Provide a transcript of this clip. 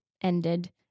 ended